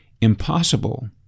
impossible